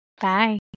Bye